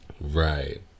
Right